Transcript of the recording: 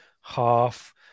half